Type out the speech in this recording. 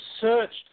searched